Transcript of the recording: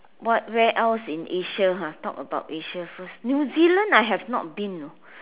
what where else in Asia !huh! talk about Asia first New Zealand I have not been you know